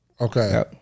Okay